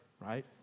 right